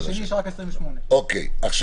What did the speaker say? בפברואר יש רק 28. זה